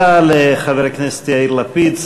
תודה לחבר הכנסת יאיר לפיד,